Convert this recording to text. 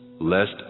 Lest